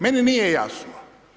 Meni nije jasno.